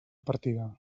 partida